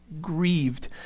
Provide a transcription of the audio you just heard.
grieved